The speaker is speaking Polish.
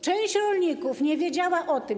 Część rolników nie wiedziała o tym.